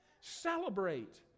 Celebrate